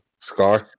Scar